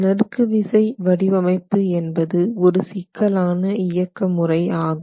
நறுக்கு விசை வடிவமைப்பு என்பது ஒரு சிக்கலான இயக்கமுறை ஆகும்